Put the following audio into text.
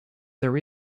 there